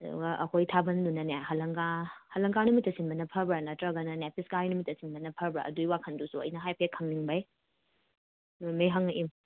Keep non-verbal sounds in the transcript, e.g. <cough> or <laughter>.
ꯑꯗꯨꯒ ꯑꯩꯈꯣꯏ ꯊꯥꯕꯟꯗꯨꯅꯅꯦ ꯍꯂꯪꯀꯥ ꯍꯂꯪꯀꯥ ꯅꯨꯃꯤꯠꯇ ꯁꯤꯟꯅꯕ ꯐꯕ꯭ꯔꯥ ꯅꯠꯇ꯭ꯔꯒꯅꯅꯦ ꯄꯤꯆꯀꯥꯔꯤ ꯅꯨꯃꯤꯠꯅ ꯁꯤꯟꯕꯅ ꯐꯕ꯭ꯔꯥ ꯑꯗꯨꯏ ꯋꯥꯈꯟꯗꯨꯁꯨ ꯑꯩꯅ ꯍꯥꯏꯐꯦꯠ ꯈꯪꯅꯤꯡꯕꯩ <unintelligible> ꯍꯪꯉꯛꯏꯅꯤ